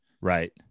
right